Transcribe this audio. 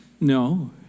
No